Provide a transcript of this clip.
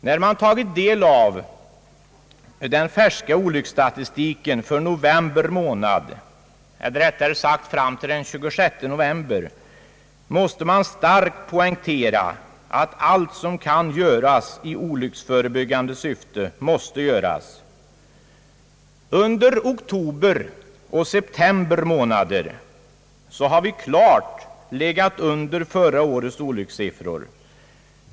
När vi tagit del av den färska olycksstatistiken för november månad — eller rättare sagt fram till den 26 november — måste vi starkt poängtera att allt som kan göras i olycksförebyggande syfte måste göras. Under september och oktober månader har vi klart legat under förra årets olyckssiffror.